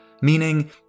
meaning